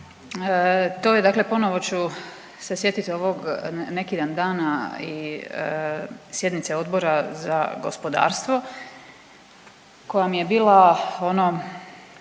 to je dakle ponovo ću se sjetiti ovog neki dan dana i sjednice Odbora za gospodarstvo koja mi je bila ono